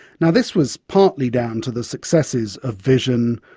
and this was partly down to the successes of vision,